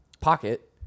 pocket